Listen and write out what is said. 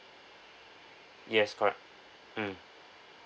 yes correct mm